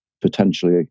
potentially